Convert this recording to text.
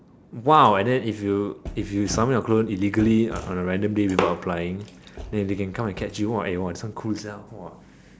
!wow! and then if you if you summon your clone illegally on a random day without applying then they can come and catch you !wah! eh !wah! this one cool sia !wah!